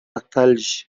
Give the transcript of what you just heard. الثلج